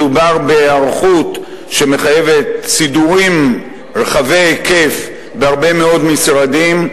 מדובר בהיערכות שמחייבת סידורים רחבי היקף בהרבה מאוד משרדים,